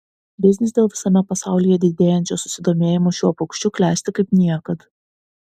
biznis dėl visame pasaulyje didėjančio susidomėjimo šiuo paukščiu klesti kaip niekad